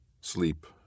Sleep